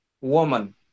woman